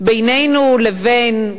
בינינו לבין,